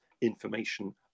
information